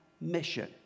mission